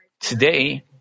Today